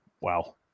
wow